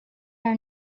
are